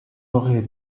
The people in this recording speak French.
aurez